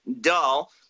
dull